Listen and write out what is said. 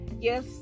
yes